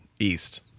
East